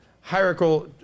hierarchical